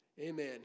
Amen